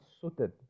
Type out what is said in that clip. suited